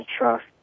trust